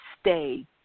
stay